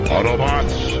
Autobots